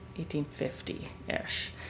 1850-ish